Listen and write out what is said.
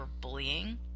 bullying